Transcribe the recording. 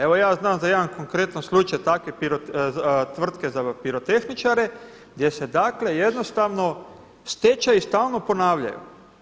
Evo ja znam za jedan konkretan slučaj takve tvrtke za pirotehničare, gdje se dakle jednostavno stečaji stalno ponavljaju.